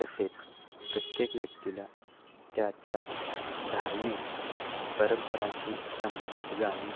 तसेच प्रत्येक व्यक्तीला त्याच्या धार्मिक परंपराची संबंधित गाणी